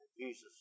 Jesus